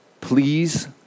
please